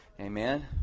Amen